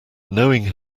knowing